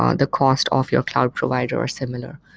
um the cost of your cloud provider or similar.